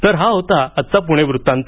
तर हा होता आजचा पुणे वृत्तांत